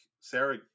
Sarah